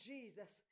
Jesus